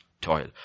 Toil